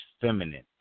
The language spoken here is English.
feminine